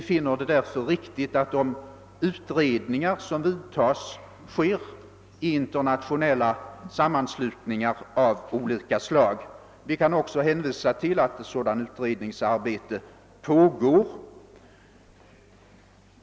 Vi finner det därför riktigt att de utredningar som vidtas sker i internationella organisationer av olika slag. Vi kan också hänvisa till att ett sådant utredningsarbete pågår.